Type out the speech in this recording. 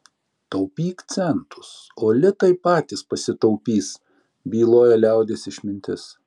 taupyk centus o litai patys pasitaupys byloja liaudies išmintis